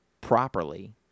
properly